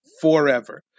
forever